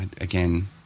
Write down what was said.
Again